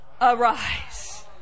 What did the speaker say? arise